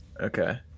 Okay